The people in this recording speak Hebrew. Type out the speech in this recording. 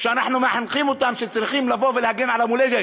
שאנחנו מחנכים שצריכים לבוא ולהגן על המולדת.